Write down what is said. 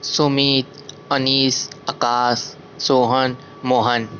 Sumit Anis Akash Sohan Mohan